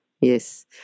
yes